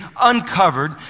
uncovered